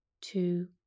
two